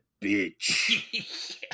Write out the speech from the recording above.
bitch